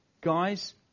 guys